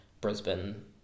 Brisbane